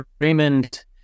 Raymond